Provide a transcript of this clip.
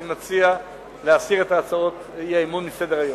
אני מציע להסיר את הצעות האי-אמון מסדר-היום.